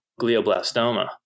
glioblastoma